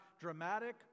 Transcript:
dramatic